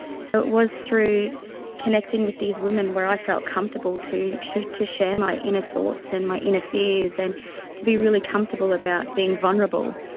so it was through connecting with these women where i felt comfortable to share to share my inner thoughts and my inner fears, and to be really comfortable about being vulnerable.